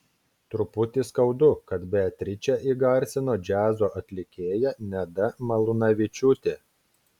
truputį skaudu kad beatričę įgarsino džiazo atlikėja neda malūnavičiūtė